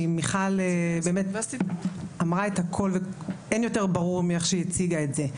כי מיכל באמת אמרה את הכול ואין יותר ברור מאיך שהיא הציגה את זה.